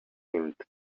seemed